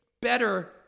better